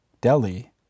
Delhi